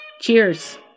Cheers